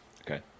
Okay